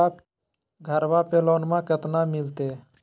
घरबा पे लोनमा कतना मिलते?